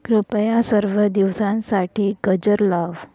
कृपया सर्व दिवसांसाठी गजर लाव